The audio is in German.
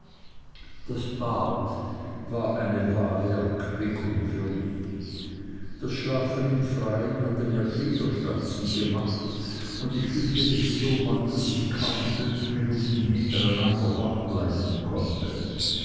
das bad war eine wahre erquickung für mich das schlafen im freien hatte mir gliederschmerzen gemacht und ich fühlte mich so matt daß ich kaum fünf minuten hintereinander wach bleiben konnte